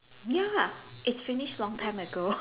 ya it's finished long time ago